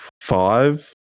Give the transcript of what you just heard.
five